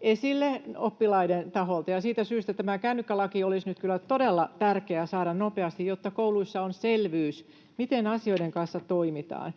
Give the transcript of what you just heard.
esille oppilaiden taholta. Ja siitä syystä tämä kännykkälaki olisi nyt kyllä todella tärkeä saada nopeasti, jotta kouluissa on selvyys, miten asioiden kanssa toimitaan.